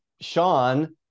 Sean